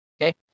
okay